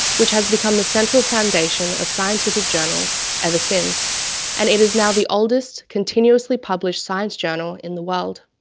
which has become the central foundation of scientific journals ever since and it is now the oldest continuously published science journal in the world.